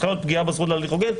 צריכה להיות פגיעה בזכות להליך הוגן,